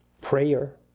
prayer